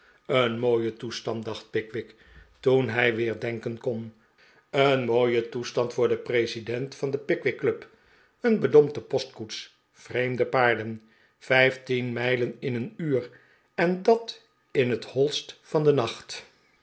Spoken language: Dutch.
een mooie toestand dacht pickwick toen hij weer denken kon een mooie toestand voor den president van de pickwickclub een bedompte postkoets vreemde paarden vijftien mijlen in een uur en dat in het hoist van den nacht